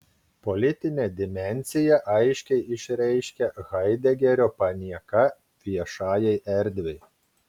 politinę dimensiją aiškiai išreiškia haidegerio panieka viešajai erdvei